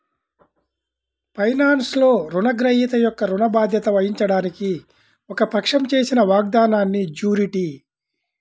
ఫైనాన్స్లో, రుణగ్రహీత యొక్క ఋణ బాధ్యత వహించడానికి ఒక పక్షం చేసిన వాగ్దానాన్నిజ్యూరిటీ